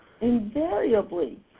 invariably